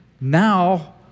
now